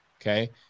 Okay